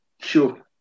Sure